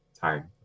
time